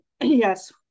yes